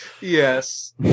Yes